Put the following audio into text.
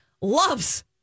loves